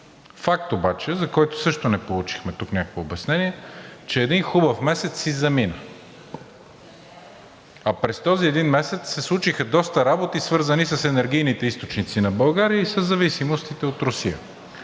Факт обаче, за който също не получихме тук някакво обяснение, че един хубав месец си замина, а през този един месец се случиха доста работи, свързани с енергийните източници на България и със зависимостите от Русия.